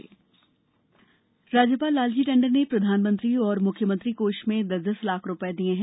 राज्यपाल राज्यपाल लालजी टंडन ने प्रधानमंत्री और मुख्यमंत्री कोष में दस दस लाख रुपए दिए हैं